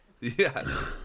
Yes